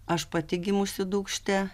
aš pati gimusi dūkšte